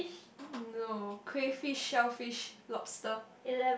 no crave fish shellfish lobster